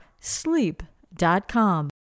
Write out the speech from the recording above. sleep.com